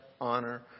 honor